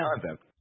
concept